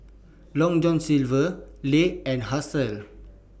Long John Silver Lays and Herschel